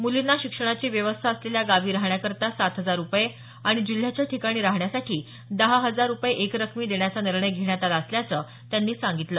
मुलींना शिक्षणाची व्यवस्था असलेल्या गावी राहण्याकरता सात हजार रुपये आणि जिल्ह्याच्या ठिकाणी राहण्यासाठी दहा हजार रुपये एकरकमी देण्याचा निर्णय घेण्यात आला असल्याचं त्यांनी सांगितलं